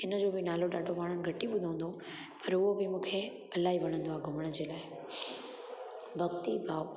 हिनजो बि नालो ॾाढो माण्हुनि घट ई ॿुधो हूंदो पर उहो बि मूंखे इलाही वणंदो आहे घुमण जे लाइ भक्ति भाव